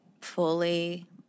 fully